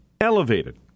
elevated